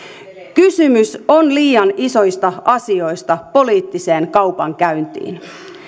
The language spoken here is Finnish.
kysymys on liian isoista asioista poliittiseen kaupankäyntiin